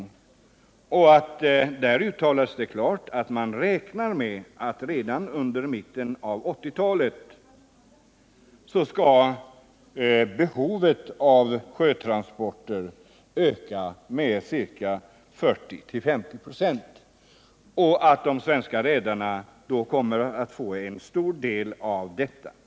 Där uttalas det klart att man räknar med att behovet av sjötransporter redan under mitten av 1980-talet skall öka med 40-50 96 och att de svenska redarna kommer att få en stor del av denna ökning.